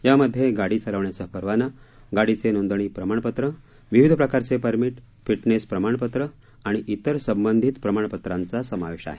यामध्ये गाडी चालवण्याचा परवाना गाडीचे नोंदणी प्रमाणपत्र विविध प्रकारचे परमिट फिटनेस प्रमाणपत्र आणि तिर संबंधित प्रमाणपत्रांचा समावेश आहे